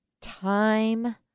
time